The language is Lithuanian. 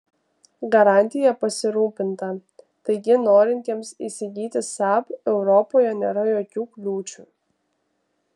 garantija pasirūpinta taigi norintiems įsigyti saab europoje nėra jokių kliūčių